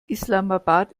islamabad